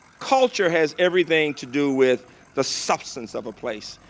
culture has everything to do with the substance of a place.